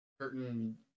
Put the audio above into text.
certain